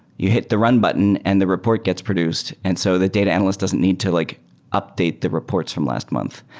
you hit the run button and the report gets produced, and so the data analyst doesn't need to like update the reports from last month.